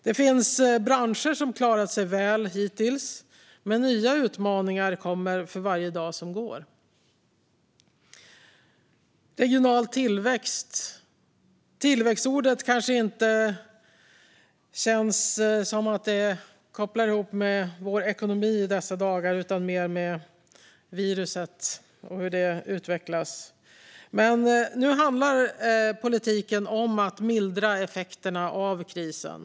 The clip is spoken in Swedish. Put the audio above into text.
Det finns branscher som har klarat sig väl hittills, men nya utmaningar kommer för varje dag som går. Betänkandet heter Regional tillväxt politik . Tillväxtordet kanske inte knyter så bra an till vår ekonomi i dessa dagar utan handlar mer om pandemin. Men nu handlar politiken om att mildra effekterna av krisen.